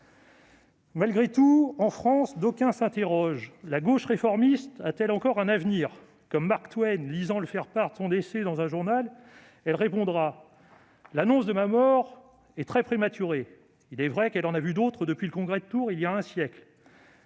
Malgré tout, en France, d'aucuns s'interrogent : la gauche réformiste a-t-elle encore un avenir ? Comme Mark Twain lisant le faire-part de son décès dans un journal, elle répondra :« L'annonce de ma mort est très exagérée. » Il est vrai qu'elle en a vu d'autres depuis le congrès de Tours, il y a un siècle !